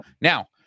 Now